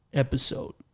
episode